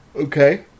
Okay